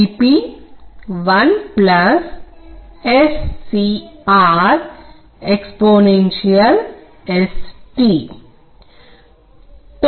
V p 1 SCR exponential st